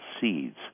seeds